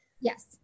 Yes